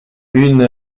une